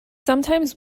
sometimes